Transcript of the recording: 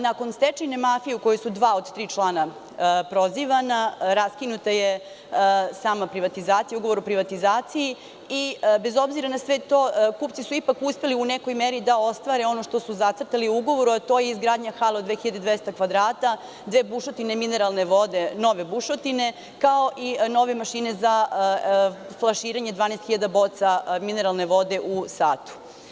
Nakon stečajne mafije u kojoj su dva od tri člana prozivana, raskinutje ugovor o privatizaciji i, bez obzira na sve to, kupci su ipak uspeli u nekoj meri da ostvare ono što su zacrtali u ugovoru, a to je izgradnja hale od 2200 kvadrata, dve bušotine mineralne vode, nove bušotine, kao i nove mašine za flaširanje 12 hiljada boca mineralne vode u satu.